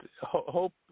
hope